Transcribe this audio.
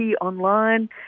online